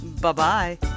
Bye-bye